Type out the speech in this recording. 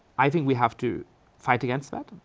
i think we have to fight against that,